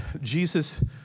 Jesus